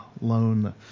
loan